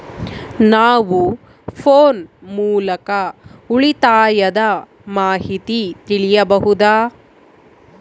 ನಾವು ಫೋನ್ ಮೂಲಕ ಉಳಿತಾಯದ ಮಾಹಿತಿ ತಿಳಿಯಬಹುದಾ?